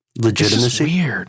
Legitimacy